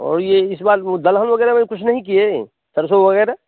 और ये इस बार दलहन वग़ैरह में कुछ नहीं किए सरसों वग़ैरह